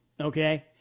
okay